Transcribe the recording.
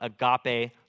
agape